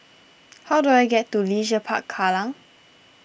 how do I get to Leisure Park Kallang